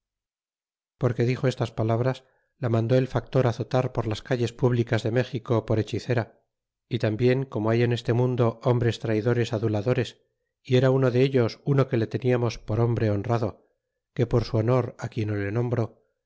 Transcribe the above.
porque dixo estas palabras la mandó el factor azotar por las calles públicas de méxico por hechicera y tambien como hay en este mundo hombres traydores aduladores y era uno dellos uno que le teniamos por hombre honrado que por su honor aquí no le nombro